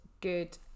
good